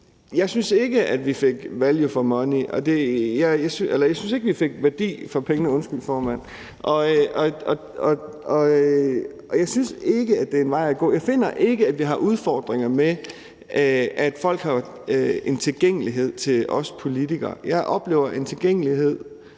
jeg synes ikke, det er en vej at gå. Jeg finder ikke, at vi har udfordringer med, at folk har en tilgængelighed til os politikere. Jeg oplever en tilgængelighed